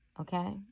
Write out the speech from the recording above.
okay